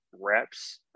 reps